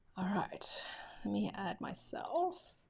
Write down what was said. all right, let me add myself.